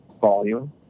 volume